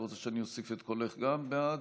את רוצה שאני אוסיף את קולך גם בעד,